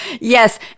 Yes